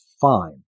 fine